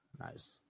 Nice